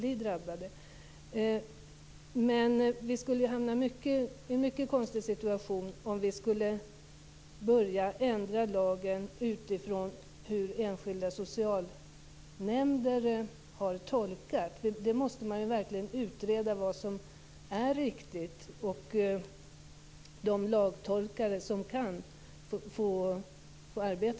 Den socialnämnd som har bestämt detta får ta ansvaret för denna familj och se till att den inte blir drabbad. De lagtolkare som kan detta måste verkligen utreda vad som är riktigt.